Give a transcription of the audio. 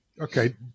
Okay